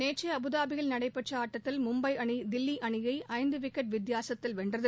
நேற்று அபுதாபியில் நடைபெற்ற ஆட்டத்தில் மும்பை அணி தில்லி அணியை ஐந்து விக்கெட் வித்தியாசத்தில் வென்றது